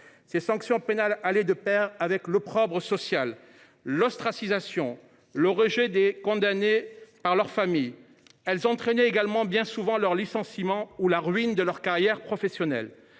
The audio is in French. Ces sanctions pénales allaient en effet de pair avec l’opprobre social, l’ostracisme et le rejet des prévenus par leur famille. Elles entraînèrent également bien souvent le licenciement ou la ruine de la carrière professionnelle